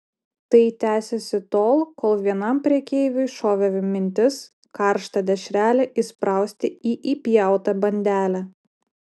tai tęsėsi tol kol vienam prekeiviui šovė mintis karštą dešrelę įsprausti į įpjautą bandelę